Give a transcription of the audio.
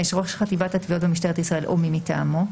ראש חטיבת התביעות במשטרת ישראל או מי מטעמו.